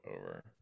over